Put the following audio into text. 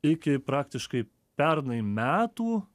iki praktiškai pernai metų